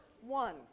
One